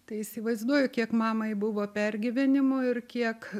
tai įsivaizduoju kiek mamai buvo pergyvenimo ir kiek